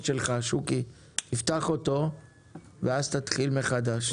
שוקי שדה מארגון חברות ההסעה, בבקשה בזום.